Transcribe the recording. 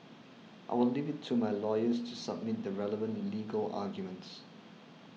I will leave it to my lawyers to submit the relevant legal arguments